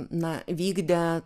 na vykdė